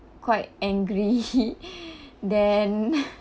quite angry then